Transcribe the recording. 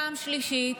פעם שלישית,